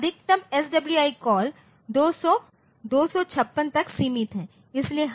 अधिकतम SWI call 256 तक सीमित है